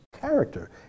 character